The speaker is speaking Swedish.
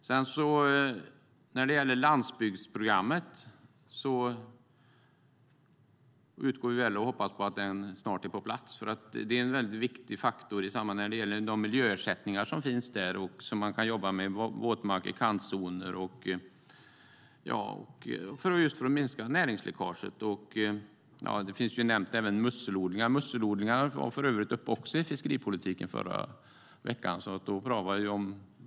Vi utgår från att landsbygdsprogrammet snart är på plats. Det är en viktig faktor för miljöersättningar som finns för våtmarker och kantzoner för att minska näringsläckaget. Även musselodlingar nämns. Musselodlingar togs upp i förra veckan i samband med debatten om fiskeripolitiken.